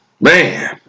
Man